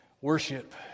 worship